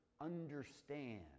understand